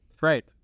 Right